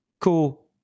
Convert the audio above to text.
cool